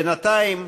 בינתיים,